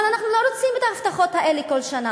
אבל אנחנו לא רוצים את ההבטחות האלה כל שנה.